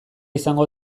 izango